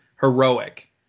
heroic